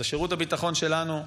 זה שירות הביטחון שלנו,